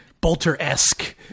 Bolter-esque